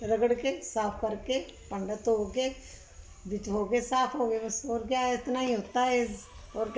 ਰਗੜ ਕੇ ਸਾਫ ਕਰਕੇ ਭਾਂਡੇ ਧੋ ਕੇ ਵਿੱਚ ਹੋ ਗਏ ਸਾਫ ਹੋ ਗਏ ਬਸ ਹੋਰ ਕਿਆ ਇਤਨਾ ਹੀ ਹੋਤਾ ਹੈ ਹੋਰ ਕਿ